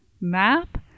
map